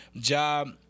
job